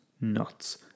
nuts